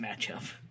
matchup